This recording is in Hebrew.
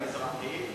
ומזרחים?